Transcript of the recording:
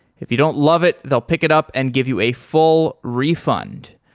if you don't love it, they'll pick it up and give you a full refund.